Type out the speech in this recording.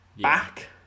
back